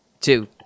two